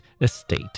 estate